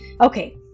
Okay